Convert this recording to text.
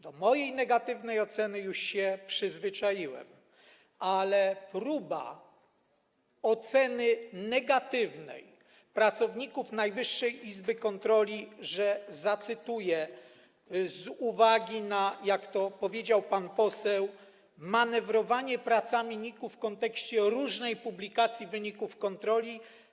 Do mojej negatywnej oceny już się przyzwyczaiłem, ale jest próba negatywnej oceny pracowników Najwyższej Izby Kontroli, zacytuję, z uwagi na, jak to powiedział pan poseł, manewrowanie pracami NIK-u w kontekście różnej publikacji wyników kontroli.